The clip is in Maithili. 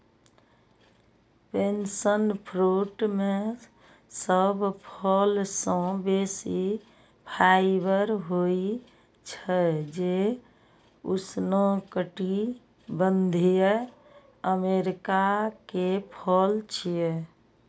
पैशन फ्रूट मे सब फल सं बेसी फाइबर होइ छै, जे उष्णकटिबंधीय अमेरिका के फल छियै